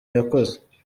yakoze